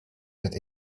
that